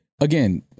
again